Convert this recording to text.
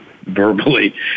verbally